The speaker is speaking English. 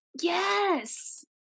yes